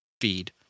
feed